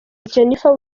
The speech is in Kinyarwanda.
jennifer